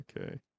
Okay